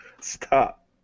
Stop